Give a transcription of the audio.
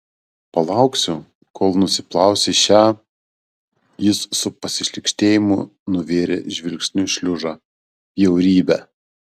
palauksiu kol nusiplausi šią jis su pasišlykštėjimu nuvėrė žvilgsniu šliužą bjaurybę